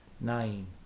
nine